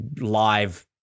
live